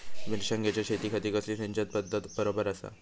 मिर्षागेंच्या शेतीखाती कसली सिंचन पध्दत बरोबर आसा?